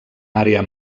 àrea